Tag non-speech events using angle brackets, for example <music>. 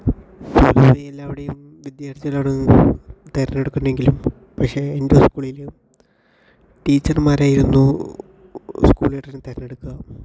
<unintelligible> എല്ലാവരുടെയും വിദ്യാർത്ഥികളാണ് തിരഞ്ഞെടുക്കുന്നത് എങ്കിലും പക്ഷേ എൻ്റെ സ്കൂളില് ടീച്ചർമാരായിരുന്നു സ്കൂൾ ലീഡറെ തിരഞ്ഞെടുക്കുക